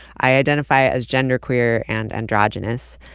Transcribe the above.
i identify as genderqueer and androgynous.